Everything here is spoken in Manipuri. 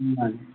ꯎꯝ ꯃꯥꯅꯤ